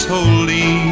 holy